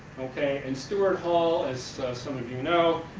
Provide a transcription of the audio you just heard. okay, and stuart hall, as some of you know,